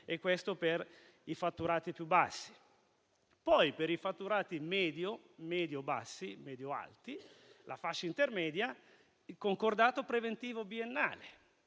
Questo per i fatturati più bassi. Poi, per i fatturati medio bassi e medio alti, per la fascia intermedia, il concordato preventivo biennale.